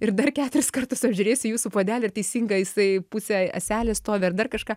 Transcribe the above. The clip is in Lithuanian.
ir dar keturis kartus apžiūrėsiu jūsų puodelį ir teisinga jisai puse ąsele stovi ar dar kažką